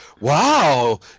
wow